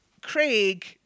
Craig